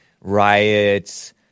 riots